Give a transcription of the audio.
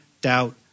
doubt